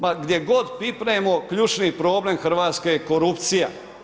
Ma gdje god pipnemo, ključni problem Hrvatske je korupcija.